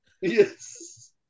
Yes